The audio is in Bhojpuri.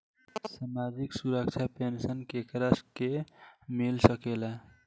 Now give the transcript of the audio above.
सामाजिक सुरक्षा पेंसन केकरा के मिल सकेला?